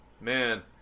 man